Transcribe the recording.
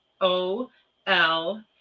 O-L